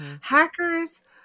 Hackers